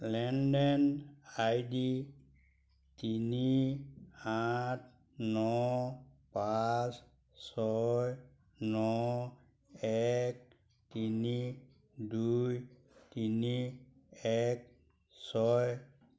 লেনদেন I D তিনি আঠ ন পাঁচ ছয় ন এক তিনি দুই তিনি এক ছয়